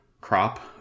crop